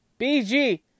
BG